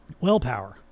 Willpower